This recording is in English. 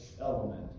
element